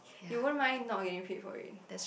you won't mind not getting paid for it